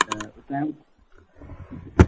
उतांजो